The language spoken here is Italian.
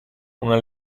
una